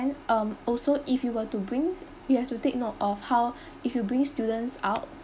um also if you were to brings you have to take note of how if you bring students out